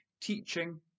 teaching